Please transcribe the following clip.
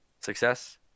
Success